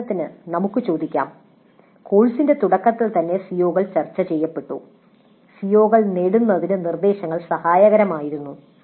ഉദാഹരണത്തിന് നമുക്ക് ചോദിക്കാം കോഴ്സിന്റെ തുടക്കത്തിൽ തന്നെ CO കൾ ചർച്ച ചെയ്യപ്പെട്ടു സിഒകൾ നേടുന്നതിന് നിർദ്ദേശങ്ങൾ സഹായകരമായിരുന്നു